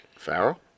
Farrell